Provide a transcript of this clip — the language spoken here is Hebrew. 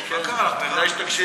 מה קרה לך, מירב?